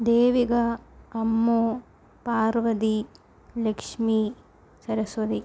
Devika Ammu Parvathi Lakshmi Saraswati